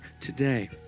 today